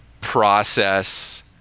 process